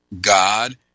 God